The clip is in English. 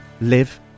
live